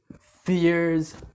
fears